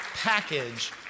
package